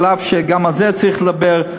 אף-על-פי שגם על זה צריך לדבר,